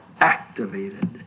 activated